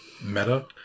Meta